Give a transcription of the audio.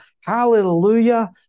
Hallelujah